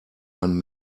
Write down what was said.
man